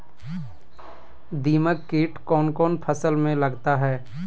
दीमक किट कौन कौन फसल में लगता है?